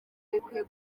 bikwiye